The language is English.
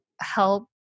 help